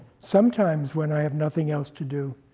sometimes when i have nothing else to do,